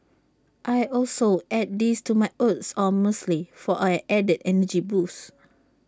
I also add these to my oats or muesli for an added energy boost